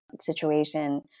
situation